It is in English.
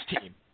team